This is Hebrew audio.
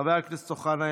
חבר הכנסת אוחנה,